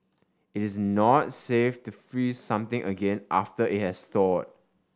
it is not safe to freeze something again after it has thawed